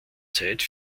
zeit